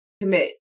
commit